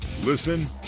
Listen